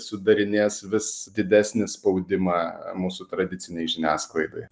sudarinės vis didesnį spaudimą mūsų tradicinei žiniasklaidai